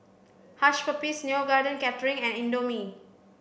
Hush Puppies Neo Garden Catering and Indomie